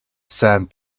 sand